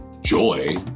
joy